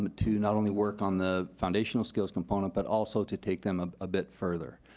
um to not only work on the foundational skills component but also to take them a ah bit further.